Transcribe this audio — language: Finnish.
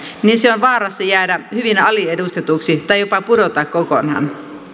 niin se on vaarassa jäädä hyvin aliedustetuksi tai jopa pudota kokonaan